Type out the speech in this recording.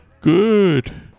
Good